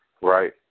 right